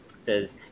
says